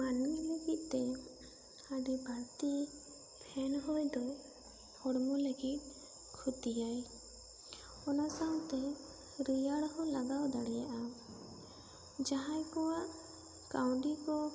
ᱢᱟᱹᱱᱢᱤ ᱞᱟᱹᱜᱤᱫ ᱛᱮ ᱦᱟᱺᱰᱤ ᱵᱷᱟᱹᱴᱤ ᱯᱷᱮᱱ ᱦᱚᱭ ᱫᱚ ᱦᱚᱲᱢᱚ ᱞᱟᱹᱜᱤᱫ ᱠᱷᱩᱛᱤᱭᱟᱭ ᱚᱱᱟ ᱥᱟᱶᱛᱮ ᱨᱮᱭᱟᱲ ᱦᱚᱸ ᱞᱟᱜᱟᱣ ᱫᱟᱲᱮᱭᱟᱜᱼᱟ ᱡᱟᱦᱟᱸᱭ ᱠᱚᱣᱟᱜ ᱠᱟᱹᱣᱰᱤ ᱠᱚ